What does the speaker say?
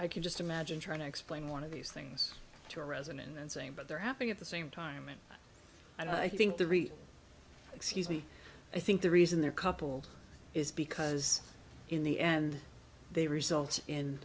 i can just imagine trying to explain one of these things to a reson and saying but they're happening at the same time and i think the reason excuse me i think the reason they're couple is because in the end they result in